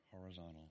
horizontal